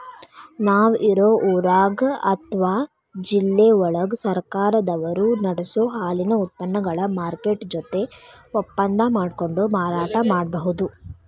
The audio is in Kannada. ನಾವ್ ಇರೋ ಊರಾಗ ಅತ್ವಾ ಜಿಲ್ಲೆವಳಗ ಸರ್ಕಾರದವರು ನಡಸೋ ಹಾಲಿನ ಉತ್ಪನಗಳ ಮಾರ್ಕೆಟ್ ಜೊತೆ ಒಪ್ಪಂದಾ ಮಾಡ್ಕೊಂಡು ಮಾರಾಟ ಮಾಡ್ಬಹುದು